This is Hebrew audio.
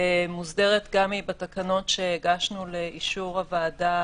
מוסדרת גם בתקנות שהגשנו לאישור הוועדה